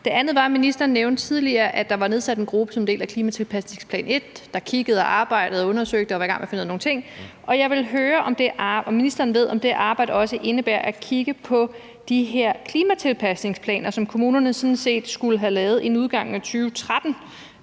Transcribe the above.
Det andet handler om, at ministeren tidligere nævnte, at der er nedsat en gruppe som en del af klimatilpasningsplan 1, der kiggede på noget og arbejdede og undersøgte og var i gang med at finde ud af nogle ting. Jeg vil høre, om ministeren ved, om det arbejde også indebærer at kigge på de her klimatilpasningsplaner, som kommunerne sådan set skulle have lavet inden udgangen af 2013.